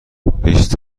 بیست